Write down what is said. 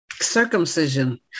circumcision